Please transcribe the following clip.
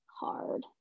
hard